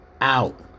out